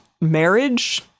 marriage